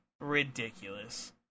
Ridiculous